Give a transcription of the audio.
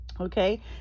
Okay